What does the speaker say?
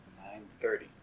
9:30